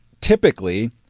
typically